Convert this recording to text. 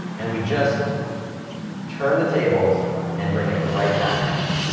and we just turn the tables and bring it right back to them.